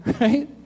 right